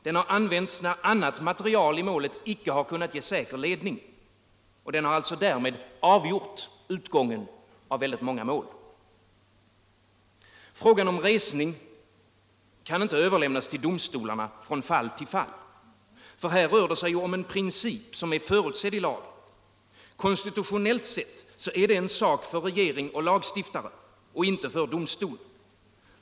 Den har använts när annat material i målet icke har kunnat ge säker ledning. Den har därmed qujor( utgången av många mål. | Frågan om resning kan inte överlämnas till domstolarna från fall till fall. Här rör det sig om en princip som är förutsedd i lagen. Konstitutionelli sett är den en sak för regering och lagstiftare, inte för domstol.